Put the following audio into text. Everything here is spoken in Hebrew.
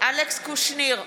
אלכס קושניר,